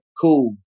cool